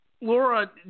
Laura